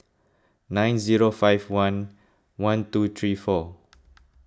nine zero five one one two three four